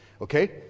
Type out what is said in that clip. Okay